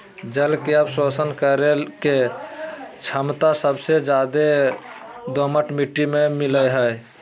जल के अवशोषण करे के छमता सबसे ज्यादे दोमट मिट्टी में मिलय हई